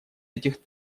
этих